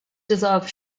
dissolved